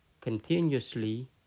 continuously